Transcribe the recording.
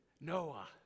Noah